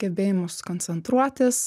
gebėjimas koncentruotis